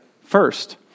first